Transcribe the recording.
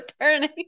turning